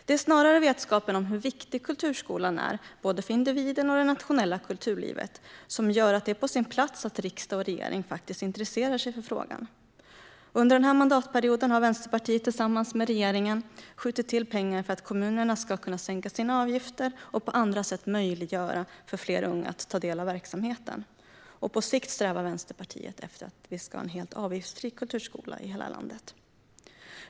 Det är snarare vetskapen om hur viktig kulturskolan är både för individen och för det nationella kulturlivet som gör att det är på sin plats att riksdag och regering intresserar sig för frågan. Under den här mandatperioden har Vänsterpartiet tillsammans med regeringen skjutit till pengar för att kommunerna ska kunna sänka sina avgifter och på andra sätt möjliggöra för fler unga att ta del av verksamheten. På sikt strävar Vänsterpartiet efter att vi ska ha en helt avgiftsfri kulturskola i hela landet.